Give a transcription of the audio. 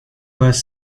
was